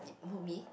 who me